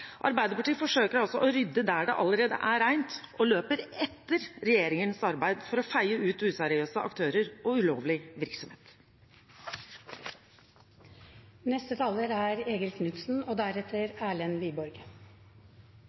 Arbeiderpartiet forsøker altså å rydde der det allerede er rent, og løper etter regjeringens arbeid for å feie ut useriøse aktører og ulovlig virksomhet. Representantforslaget om å styrke godkjenningsordningen for renhold ble levert inn av Arbeiderpartiets representanter i arbeids- og